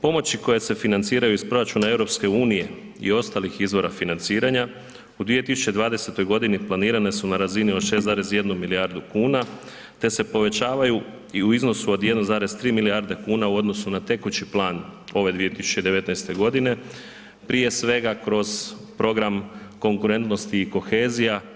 Pomoći koje se financiraju iz proračuna EU i ostalih izvora financiranja u 2020. godini planirane su na razini od 6,1 milijardu kuna te se povećavaju u iznosu od 1,3 milijarde kuna u odnosu na tekući plan ove 2019. godine prije svega kroz program Konkurentnost i kohezija.